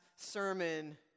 sermon